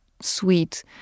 sweet